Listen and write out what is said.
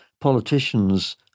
politicians